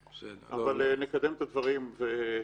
בהמשך, אבל חשוב לקדם את הדברים.